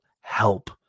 help